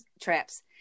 traps